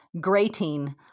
grating